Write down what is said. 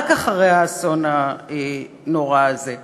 רק אחרי האסון הנורא הזה.